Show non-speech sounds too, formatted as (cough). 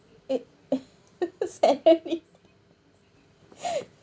it (laughs)